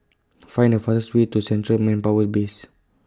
Find The fastest Way to Central Manpower Base